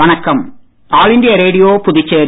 வணக்கம் all India radio Puducherry